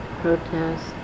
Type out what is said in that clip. protest